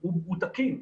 הוא תקין,